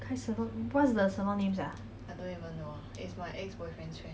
hair salon what's the salon name sia